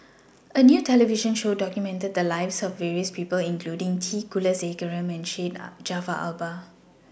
A New television Show documented The Lives of various People including T Kulasekaram and Syed Jaafar Albar